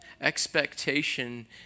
expectation